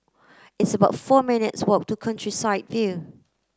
it's about four minutes walk to Countryside View